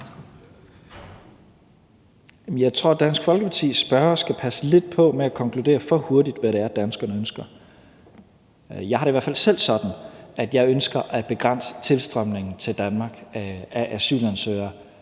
Jeg tror, at Dansk Folkepartis spørger skal passe lidt på med at konkludere for hurtigt, hvad danskerne ønsker. Jeg har det i hvert fald selv sådan, at jeg ønsker at begrænse tilstrømningen til Danmark af asylansøgere